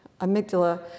amygdala